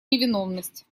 невиновность